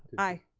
i